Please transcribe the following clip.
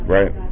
Right